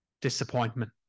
disappointment